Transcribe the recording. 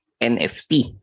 NFT